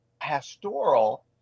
pastoral